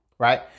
right